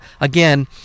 again